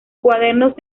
cuadernos